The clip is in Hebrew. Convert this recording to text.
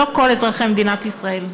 לא כל אזרחי מדינת ישראל.